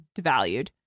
devalued